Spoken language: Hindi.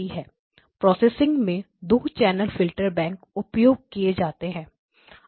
प्रोसेसिंग में 2 चैनल फिल्टर बैंक उपयोग किए जाते हैं